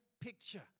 picture